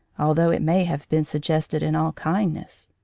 although it may have been suggested in all kindness.